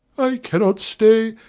i cannot stay,